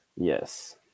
yes